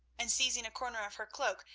and seizing a corner of her cloak,